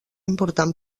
important